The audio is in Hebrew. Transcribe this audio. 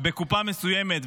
בקופה מסוימת,